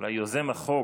אולי יוזם החוק